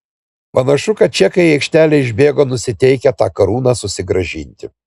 panašu kad čekai į aikštelę išbėgo nusiteikę tą karūną susigrąžinti